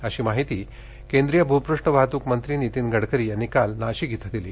अशी माहिती केंद्रीय भूपृष्ठ वाहतूक मंत्री नितीन गडकरी यांनी काल नाशिक इथं दिली